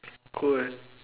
cool